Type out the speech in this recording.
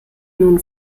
nun